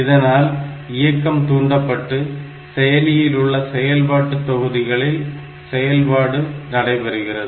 இதனால் இயக்கம் தூண்டப்பட்டு செயலியில் உள்ள செயல்பாட்டு தொகுதிகளில் செயல்பாடு நடைபெறுகிறது